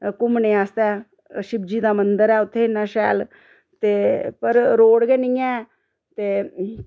घूमने आस्तै शिवजी दा मंदर ऐ उत्थें इन्ना शैल ते पर रोड गै नि ऐ ते